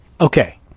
Okay